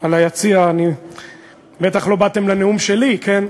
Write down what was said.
פה ביציע, בטח לא באתם לנאום שלי, כן,